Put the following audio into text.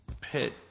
pit